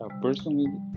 personally